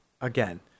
again